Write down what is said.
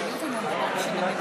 תודה רבה.